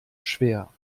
schwer